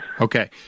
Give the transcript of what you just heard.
Okay